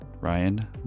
Ryan